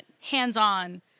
hands-on